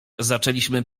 zaczęliśmy